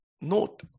note